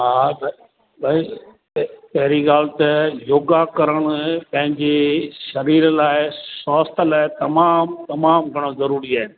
हा त अहिड़ी अहिड़ी ॻाल्हि त योगा करण में पंहिंजे शरीर लाइ स्वास्थ्य लाइ तमामु तमामु घणो ज़रूरी आहे